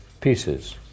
pieces